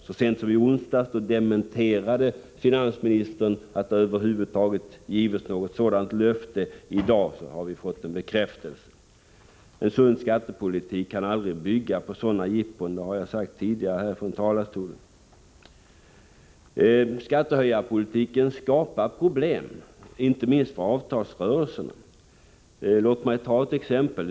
Så sent som i onsdags, dvs. för en vecka sedan, dementerade finansministern att det skulle ha getts något sådant löfte. I dag har vi fått en bekräftelse därpå. En sund skattepolitik kan aldrig byggas på sådana jippon — det har jag sagt tidigare från denna talarstol. Skattehöjarpolitiken skapar problem, inte minst för avtalsrörelsen. Låt mig ge ett exempel.